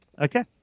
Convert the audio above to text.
Okay